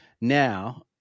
now